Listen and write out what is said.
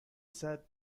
said